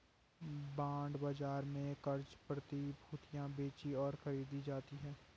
bond बाजार में क़र्ज़ प्रतिभूतियां बेचीं और खरीदी जाती हैं